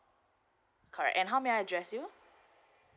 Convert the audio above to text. correct and how may I address you